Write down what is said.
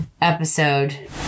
episode